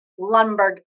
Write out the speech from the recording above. Lundberg